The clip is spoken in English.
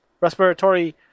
respiratory